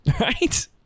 Right